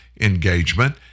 engagement